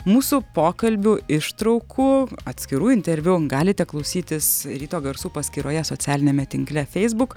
mūsų pokalbių ištraukų atskirų interviu galite klausytis ryto garsų paskyroje socialiniame tinkle feisbuk